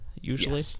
usually